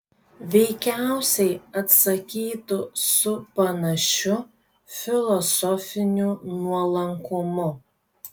veikiausiai atsakytų su panašiu filosofiniu nuolankumu